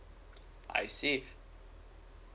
I see